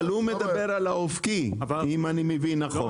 אבל הוא מדבר על האופקי, אם אני מבין נכון.